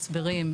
שתיים,